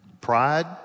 Pride